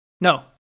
No